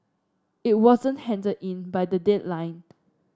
it wasn't handed in by the deadline